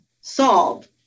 solve